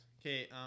Okay